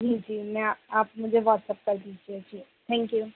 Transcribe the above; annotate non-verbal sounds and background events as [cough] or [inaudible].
जी जी [unintelligible] आप मुझे वाट्सअप कर दीजिए जी थैंक यू